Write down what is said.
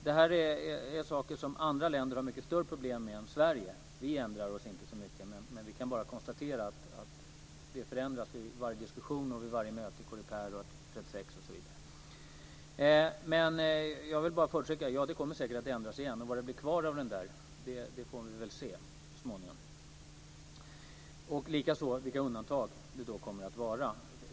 De här sakerna har andra länder mycket större problem med än vad Sverige har. Vi ändrar oss inte så mycket. Vi kan dock konstatera att det förändras vid varje diskussion och vid varje möte i Coreper, när det gäller artikel 36 osv. Det kommer säkert att ändras igen. Vad som blir kvar får vi väl så småningom se. Likaså gäller det vilka undantagen då kommer att vara.